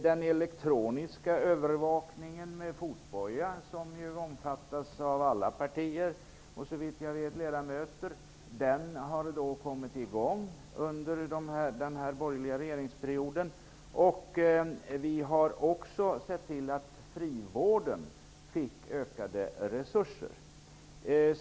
Den elektroniska övervakningen med fotboja - vilken omfattas av alla partier och, såvitt jag vet, ledamöter - kom i gång under den borgerliga regeringsperioden. Vi har också sett till att frivården fått ökade resurser.